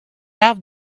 have